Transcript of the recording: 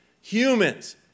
Humans